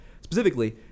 specifically